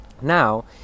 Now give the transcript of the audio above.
Now